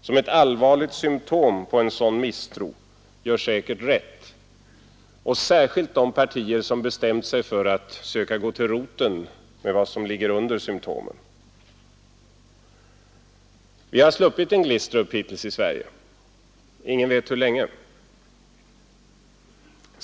som ett allvarligt symtom på en sådan misstro gör säkert rätt, särskilt de partier som bestämt sig för att försöka gå till roten med problemet och ta itu med vad som ligger under symtomen. Vi har sluppit en Glistrup hittills i Sverige — ingen vet hur länge vi gör det.